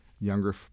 younger